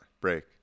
break